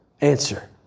answer